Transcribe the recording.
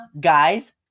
guys